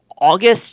august